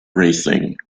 racing